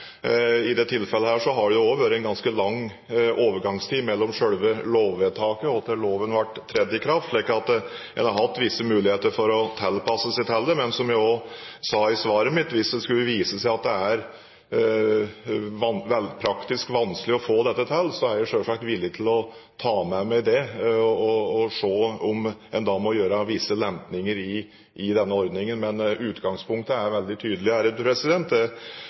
I dette tilfellet har det jo også vært en ganske lang overgangstid fra selve lovvedtaket og til loven trådte i kraft, så man har hatt visse muligheter til å tilpasse seg dette. Men som jeg også sa i svaret mitt: Hvis det skulle vise seg at det er praktisk vanskelig å få dette til, er jeg selvsagt villig til å ta med meg det og se på om en må gjøre visse lempninger i denne ordningen. Men utgangspunktet er veldig tydelig: